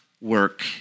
work